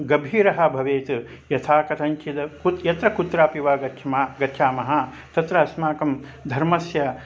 गभीरः भवेत् यथा कथञ्चिद् कुत्र यत्र कुत्रापि वा गच्छामः गच्छामः तत्र अस्माकं धर्मस्य